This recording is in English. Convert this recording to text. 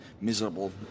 miserable